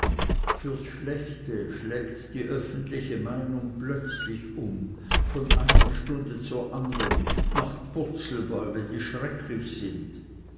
für schlechte schlägt die öffentliche meinung plötzlich um von einer stunde zur andern macht purzelbäume die schrecklich sind